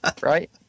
right